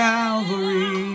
Calvary